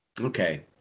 Okay